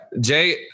Jay